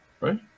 right